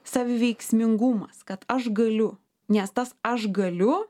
saviveiksmingumas kad aš galiu nes tas aš galiu